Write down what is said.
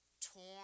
Torn